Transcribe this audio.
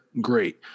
Great